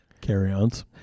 Carry-ons